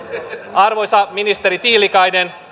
arvoisa ministeri tiilikainen